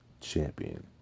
Champion